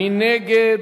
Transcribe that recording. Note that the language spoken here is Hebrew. מי נגד?